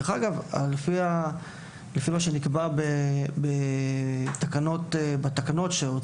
דרך אגב, לפי מה שנקבע בתקנות שיצאו